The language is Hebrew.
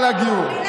זה פייק תחקיר.